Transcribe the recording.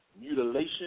mutilation